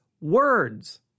words